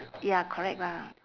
ya correct lah